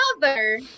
mother